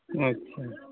ᱟᱪᱪᱷᱟ